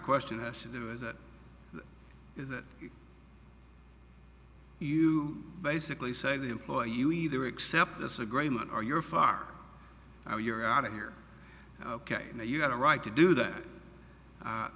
question has to do is that is that you basically say the employer you either accept this agreement or you're far now you're out of here ok you have a right to do that